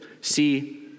See